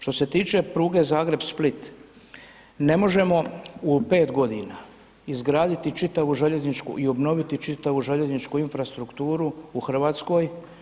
Što se tiče pruge Zagreb-Split ne možemo u 5 godina izgraditi čitavu željezničku i obnoviti čitavu željezničku infrastrukturu u Hrvatskoj.